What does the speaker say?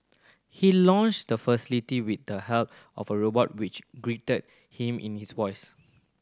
he launched the facility with the help of a robot which greeted him in his voice